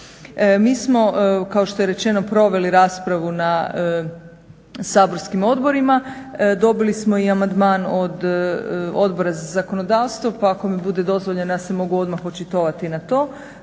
Mi smo kao što je rečeno proveli raspravu na saborskim odborima. Dobili smo i amandman od Odbora za zakonodavstvo pa ako mi bude dozvoljeno ja se mogu odmah očitovati na to.